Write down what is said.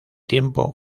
tiempo